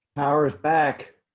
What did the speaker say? hours back